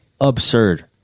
absurd